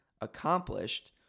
accomplished